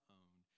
own